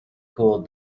cooled